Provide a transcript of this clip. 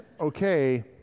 okay